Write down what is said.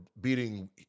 beating